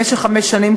למשך חמש שנים,